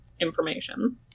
information